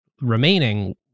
remaining